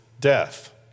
death